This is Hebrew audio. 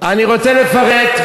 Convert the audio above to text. אני רוצה לפרט,